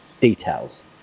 details